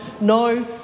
No